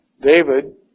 David